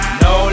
no